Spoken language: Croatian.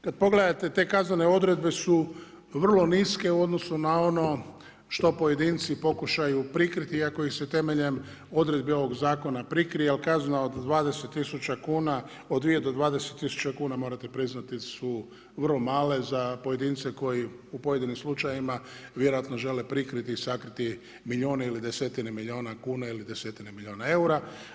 Kada pogledate te kaznene odredbe su vrlo niske u odnosu na ono što pojedinci pokušaju prikriti iako ih se temeljem odredbi ovog zakona prikrije ali kazna od 20 tisuća kuna, od 2 do 20 tisuća kuna morate priznati su vrlo male za pojedince koji, u pojedinim slučajevima vjerojatno žele prikriti i sakriti milijune ili desetine milijuna kuna ili desetine milijuna eura.